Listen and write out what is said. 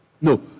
No